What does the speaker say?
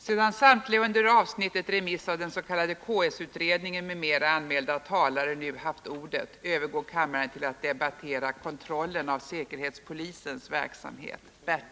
Sedan samtliga under avsnittet Remiss av den s.k. KS-utredningen, m.m. anmälda talare nu haft ordet övergår kammaren till att debattera Kontrollen av säkerhetspolisens verksamhet.